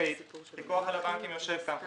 הפיקוח על הבנקים יושב כאן,